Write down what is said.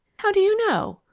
how do you know?